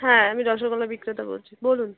হ্যাঁ আমি রসগোল্লা বিক্রেতা বলছি বলুন